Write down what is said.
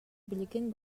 билигин